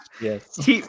Yes